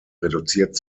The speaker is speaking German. reduziert